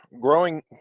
growing